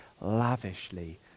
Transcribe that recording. lavishly